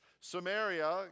Samaria